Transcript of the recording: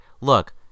look